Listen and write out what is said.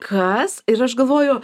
kas ir aš galvoju